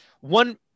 One